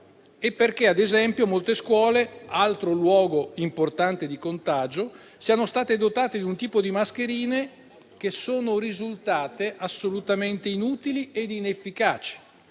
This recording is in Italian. perché ad esempio molte scuole, altro luogo importante di contagio, siano state dotate di un tipo di mascherine che sono risultate assolutamente inutili e inefficaci;